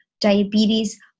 diabetes